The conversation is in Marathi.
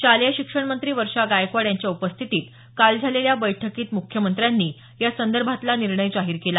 शालेय शिक्षण मंत्री वर्षा गायकवाड यांच्या उपस्थितीत काल झालेल्या बैठकीत मुख्यमंत्र्यांनी या संदर्भातला निर्णय जाहीर केला